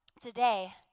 today